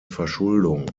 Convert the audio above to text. verschuldung